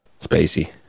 Spacey